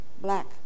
black